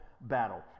battle